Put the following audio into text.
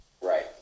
Right